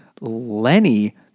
Lenny